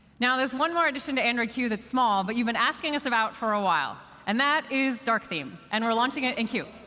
now there's one more addition to android q that's small, but you've been asking us about for a while, and that is dark theme. and we're launching it in q.